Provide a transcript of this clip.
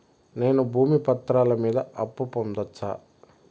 నేను భూమి పత్రాల మీద అప్పు పొందొచ్చా?